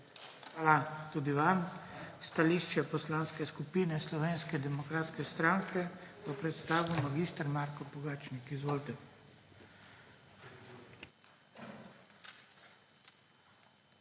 Hvala tudi vam. Stališče Poslanske skupine Slovenske demokratske stranke bo predstavil mag. Marko Pogačnik. Izvolite.